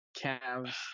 Cavs